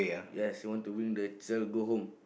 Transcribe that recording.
yes he want bring the child go home